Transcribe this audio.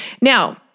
Now